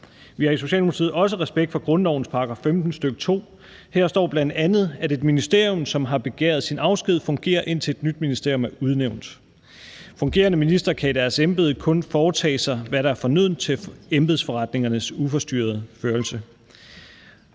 Vi har i Socialdemokratiet også respekt for grundlovens § 15, stk. 2, og her står bl.a., at et ministerium, som har begæret sin afsked, fungerer, indtil et nyt ministerium er udnævnt. Fungerende ministre kan i deres embede kun foretage sig, hvad der er fornødent til embedsforretningernes uforstyrrede førelse.